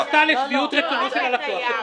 "אם היא נעשתה לשביעות רצונו של הלקוח" זה פותר את הבעיה.